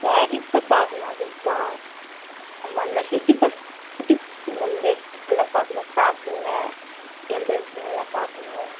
சாரீஸ் தான் பார்க்கணும் அதிகமாக நம்ம அந்த குட்டி ப குட்டி பசங்களோடய ட்ரெஸ்ஸுங்களாம் பார்க்கணும் ஃப்ராக்குங்க கேர்ள் ட்ரெஸ் எல்லாம் பார்க்கணும்